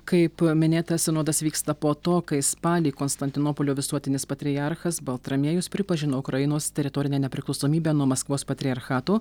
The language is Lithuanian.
kaip minėta sinodas vyksta po to kai spalį konstantinopolio visuotinis patriarchas baltramiejus pripažino ukrainos teritorinę nepriklausomybę nuo maskvos patriarchato